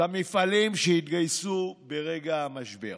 למפעלים שהתגייסו ברגע המשבר.